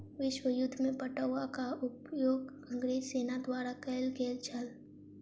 विश्व युद्ध में पटुआक उपयोग अंग्रेज सेना द्वारा कयल गेल छल